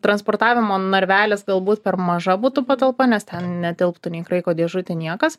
transportavimo narvelis galbūt per maža būtų patalpa nes ten netilptų nei kraiko dėžutė niekas